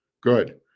Good